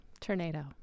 tornado